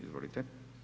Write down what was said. Izvolite.